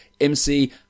MC